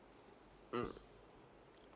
mm